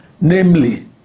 namely